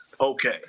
okay